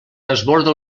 desborda